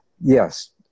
Yes